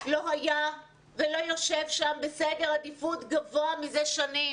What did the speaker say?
לא היה ולא יושב שם בסדר עדיפות גבוה מזה שנים.